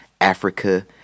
Africa